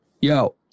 yo